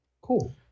Cool